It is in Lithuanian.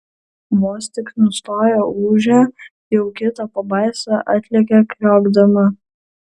vos tik nustoja ūžę jau kita pabaisa atlekia kriokdama